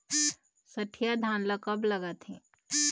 सठिया धान ला कब लगाथें?